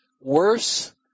worse